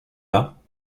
pas